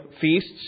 feasts